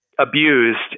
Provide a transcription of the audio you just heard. abused